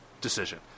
decision